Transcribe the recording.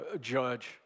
judge